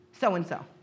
so-and-so